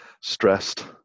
stressed